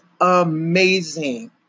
amazing